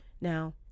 Now